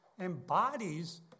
embodies